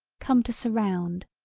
come to surround,